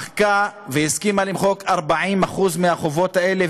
הסכימה למחוק 40% מהחובות האלה.